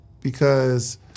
because-